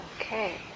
Okay